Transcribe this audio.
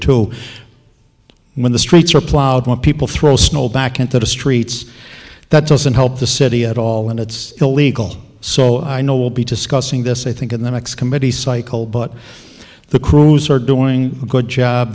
to when the streets are plowed when people throw snow back into the streets that doesn't help the city at all and it's illegal so i know we'll be discussing this i think in the next committee cycle but the crews are doing a good job